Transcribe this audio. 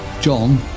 John